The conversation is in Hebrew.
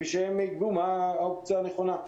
אז שהם יקבעו מה האופציה הנכונה.